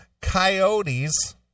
coyotes